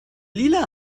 lila